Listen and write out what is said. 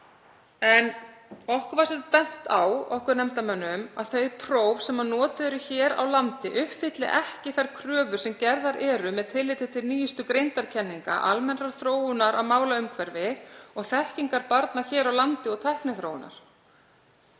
Okkur nefndarmönnum var bent á að þau próf sem notuð eru hér á landi uppfylli ekki þær kröfur sem gerðar eru með tilliti til nýjustu greindarkenninga, almennrar þróunar í málumhverfi og þekkingar barna hér á landi og tækniþróunar.